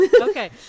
okay